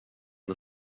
och